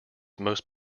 most